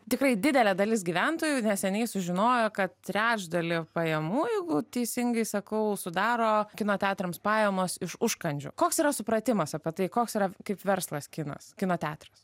tikrai didelė dalis gyventojų neseniai sužinojo kad trečdalį pajamų jeigu teisingai sakau sudaro kino teatrams pajamos iš užkandžių koks yra supratimas apie tai koks yra kaip verslas kinas kino teatras